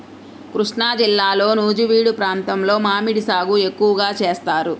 కృష్ణాజిల్లాలో నూజివీడు ప్రాంతంలో మామిడి సాగు ఎక్కువగా చేస్తారు